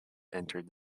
entered